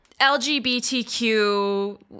LGBTQ